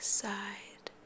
side